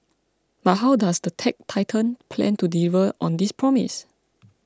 but how does the tech titan plan to deliver on this promise